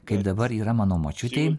kaip dabar yra mano močiutei